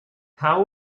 how